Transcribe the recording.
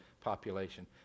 population